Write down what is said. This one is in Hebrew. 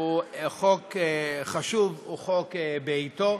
הוא חוק חשוב, הוא חוק בעתו,